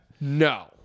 No